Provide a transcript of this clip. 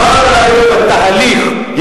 מה הבעיות בתהליך.